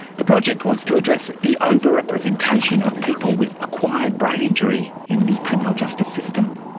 the project wants to address the overrepresentation of people with acquired brain injury in the criminal justice system.